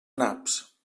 naps